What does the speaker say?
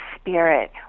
spirit